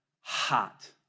hot